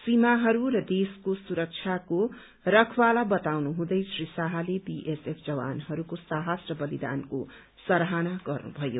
सीमाहरू र देशको सुरक्षाको रखवाला बताउनुहुँदै श्री शाहले बीएसएफ जवानहरूको साहस र बलिदानको सराहना गर्नुभयो